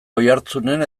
oiartzunen